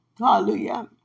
Hallelujah